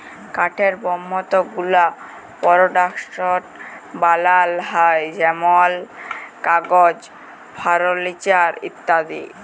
কাঠের বহুত গুলা পরডাক্টস বালাল হ্যয় যেমল কাগজ, ফারলিচার ইত্যাদি